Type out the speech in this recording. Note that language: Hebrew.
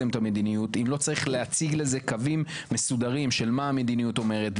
אתם הכנסתם אותנו לאיזה קורלס של אין ברירה,